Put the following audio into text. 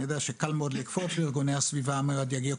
אני יודע שקל מאוד לכפוף לארגוני הסביבה שעוד מעט יגיעו,